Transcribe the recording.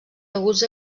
deguts